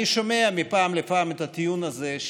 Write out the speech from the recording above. אני שומע מפעם לפעם את הטיעון הזה,